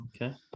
okay